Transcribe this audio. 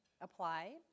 apply